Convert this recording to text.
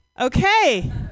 Okay